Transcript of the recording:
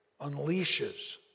unleashes